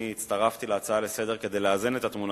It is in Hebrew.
ואני הצטרפתי להצעה לסדר-היום כדי לאזן את התמונה,